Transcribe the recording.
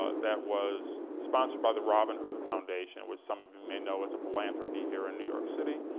ah that was sponsored by the robin-hood foundation, which some of you may know is a philanthropy here in new york city,